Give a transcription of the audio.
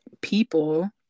people